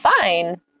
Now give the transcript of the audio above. fine